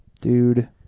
dude